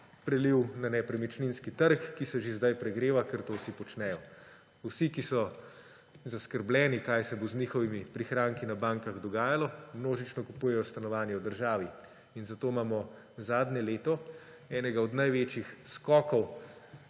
prelil na nepremičninski trg, ki se že zdaj pregreva, ker to vsi počnejo. Vsi, ki so zaskrbljeni, kaj se bo z njihovimi prihranki na bankah dogajalo, množično kupujejo stanovanja v državi. Zato imamo zadnje leto enega od največjih skokov